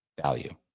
value